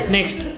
Next